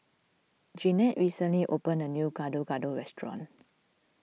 Jeanette recently opened a new Gado Gado restaurant